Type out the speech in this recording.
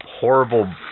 horrible